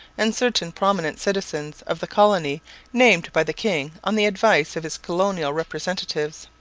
and certain prominent citizens of the colony named by the king on the advice of his colonial representatives.